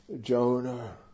Jonah